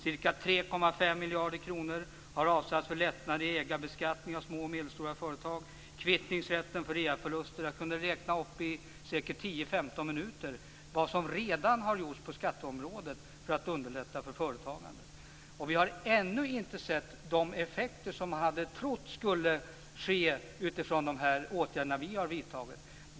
Ca 3,5 miljarder kronor har avsatts för lättnader i beskattningen av ägare av små och medelstora företag. En kvittningsrätt för reaförluster har införts. Jag kunde säkerligen fortsätta i 10-15 minuter med att räkna upp vad som redan har gjorts på skatteområdet för att underlätta för företagande. Vi har ännu inte sett de effekter som man hade trott att de åtgärder som vi har vidtagit skulle få.